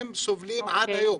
הם סובלים עד היום.